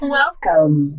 Welcome